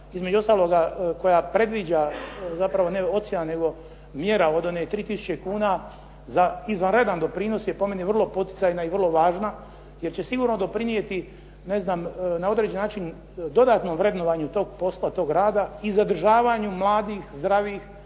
između ostaloga koja predviđa, zapravo ne ocjena, nego mjera od one 3000 kuna za izvanredan doprinos je po meni vrlo poticajna i vrlo važna jer će sigurno doprinijeti, ne znam na određeni način dodatnom vrednovanju tog posla tog rada i zadržavanju mladih, zdravih,